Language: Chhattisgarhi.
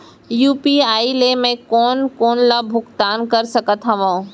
यू.पी.आई ले मैं कोन कोन ला भुगतान कर सकत हओं?